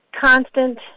Constant